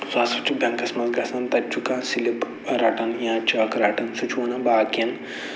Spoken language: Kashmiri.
سُہ ہسا چھُ بیٚنکَس منٛز گژھان تَتہِ چھُ کانٛہہ سِلِپ رَٹان یا چک رَٹان سُہ چھُ وَنان باقِیَن